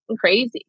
crazy